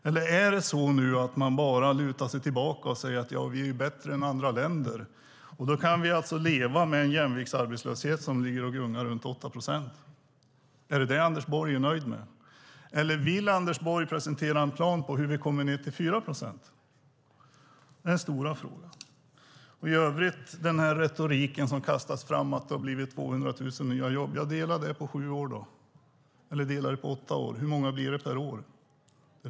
Eller är det så att man nu bara lutar sig tillbaka och säger att vi är bättre än andra länder? Då kan vi alltså leva med en jämviktsarbetslöshet som ligger och gungar runt 8 procent. Är det detta som Anders Borg är nöjd med? Eller vill Anders Borg presentera en plan på hur vi kommer ned till 4 procent? Det är den stora frågan. I övrigt när det gäller den retorik som kastas fram om att det har blivit 200 000 nya jobb kan man dela det på åtta år. Hur många blir det per år?